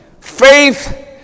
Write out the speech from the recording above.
faith